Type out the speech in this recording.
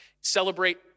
celebrate